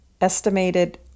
estimated